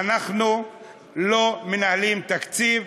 אנחנו לא מנהלים תקציב,